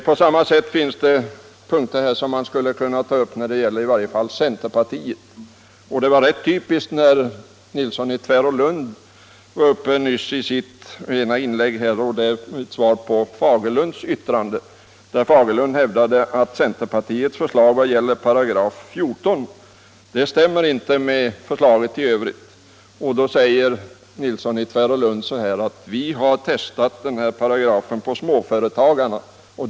På samma sätt skulle man kunna ta upp punkter som centern motsatt sig. Herr Fagerlund hävdade att centerns förslag när det gäller 14 § inte stämmer med förslaget i övrigt. På det svarade herr Nilsson i Tvärålund: Vi har testat den här paragrafen på småföretagarna.